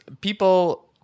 people